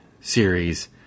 series